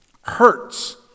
hurts